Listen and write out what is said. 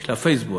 של הפייסבול.